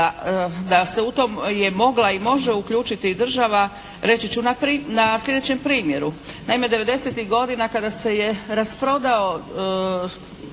da se u to je mogla i može uključiti država reći ću na sljedećem primjeru. Naime, 90-tih godina kada se je rasprodao